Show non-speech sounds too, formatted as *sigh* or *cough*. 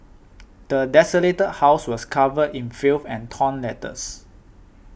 *noise* the desolated house was covered in filth and torn letters